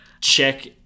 check